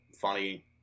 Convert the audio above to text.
funny